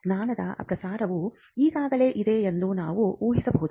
ಜ್ಞಾನದ ಪ್ರಸಾರವು ಈಗಾಗಲೇ ಇದೆ ಎಂದು ನಾವು ಊಹಿಸಬಹುದು